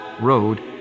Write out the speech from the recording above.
Road